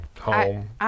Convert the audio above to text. home